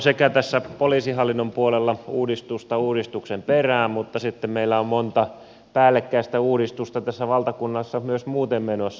sekä tässä poliisihallinnon puolella on uudistusta uudistuksen perään että sitten meillä on monta päällekkäistä uudistusta tässä valtakunnassa myös muuten menossa